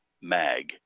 mag